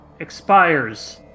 expires